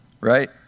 right